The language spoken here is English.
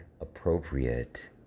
appropriate